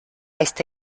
este